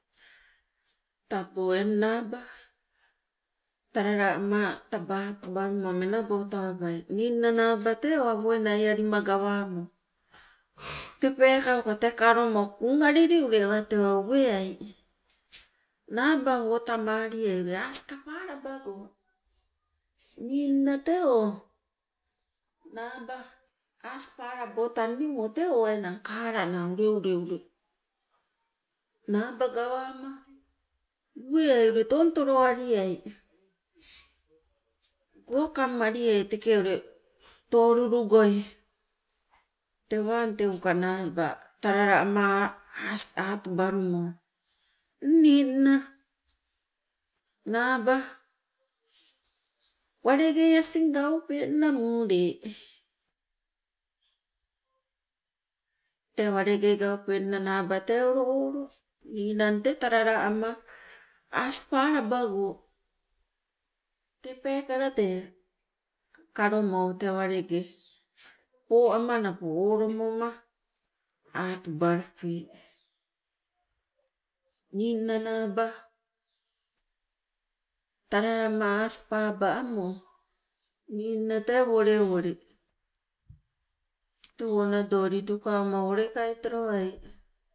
Tabo eng naaba talala ama taba atubalumo menabo tawabai, ninna naaba tee o awoi naialima gawotawamo tee peekauka tee kalomo kung alili ule awatewa uweai, nabawo tamaliai aaska palabago. Ninna tee o naaba aas palabo tandimo tee o kala naa ule ulei ule naba gawama uweai ule tontolo waliai, go kam maliai ule teke ule tolulu goi tewang teuka naaba talala ama aasi atubalumo. Eng ninna naaba walengei asing gaupenna muule, tee walengei gaupenna naaba tee olo oolo ninang tee talala ama aasi palabago, tee peekala tee kalomo tee walenge poama napo olomoma atubalupe. Ninna naaba talala ama aasi paba amo, ninna tee wolewole, tewo nado lidukama wolekai tolowai